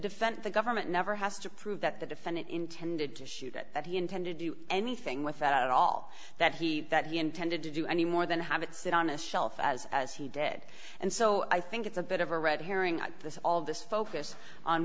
defense the government never has to prove that the defendant intended to shoot it that he intended to do anything with that at all that he that he intended to do any more than have it sit on a shelf as as he did and so i think it's a bit of a red herring at this all of this focus on